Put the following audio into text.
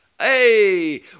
Hey